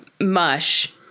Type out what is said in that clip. mush